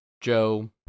Joe